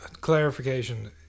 clarification